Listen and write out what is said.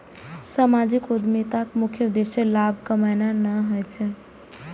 सामाजिक उद्यमिताक मुख्य उद्देश्य लाभ कमेनाय नहि होइ छै